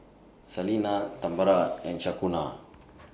Salina Tambra and Shaquana